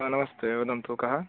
अ नमस्ते वदन्तु कः